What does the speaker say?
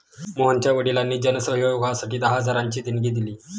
मोहनच्या वडिलांनी जन सहयोगासाठी दहा हजारांची देणगी दिली